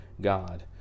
God